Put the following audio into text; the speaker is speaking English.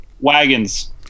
Wagons